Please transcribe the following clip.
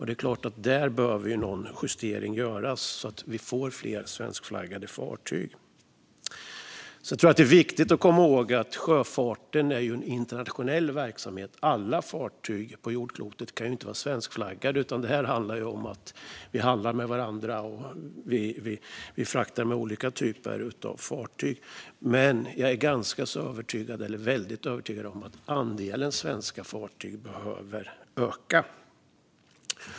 Det är klart att det behöver göras någon justering där så att vi får fler svenskflaggade fartyg. Jag tror att det är viktigt att komma ihåg att sjöfarten är en internationell verksamhet. Alla fartyg på jordklotet kan inte vara svenskflaggade. Det handlar om att vi handlar med varandra och fraktar med olika typer av fartyg. Men jag är övertygad om att andelen svenska fartyg behöver öka.